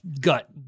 gut